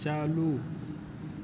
چالو